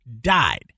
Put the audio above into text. died